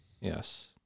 Yes